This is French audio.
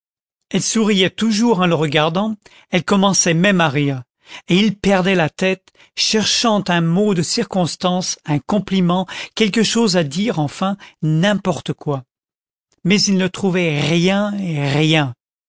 elle souriait toujours en le regardant elle commençait même à rire et il perdait la tête cherchant un mot de circonstance un compliment quelque chose à dire enfin n'importe quoi mais il ne trouvait rien rien